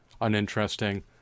uninteresting